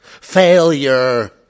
failure